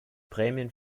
prämien